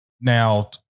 Now